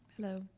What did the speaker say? Hello